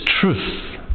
truth